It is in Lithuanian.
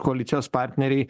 koalicijos partneriai